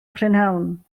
prynhawn